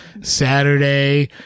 Saturday